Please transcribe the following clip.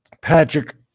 Patrick